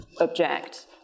object